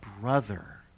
brother